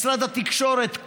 משרד התקשורת,